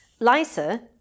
Lysa